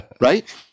right